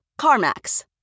CarMax